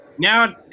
Now